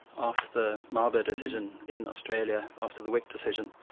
after the mabo decision in australia, after the wik decision,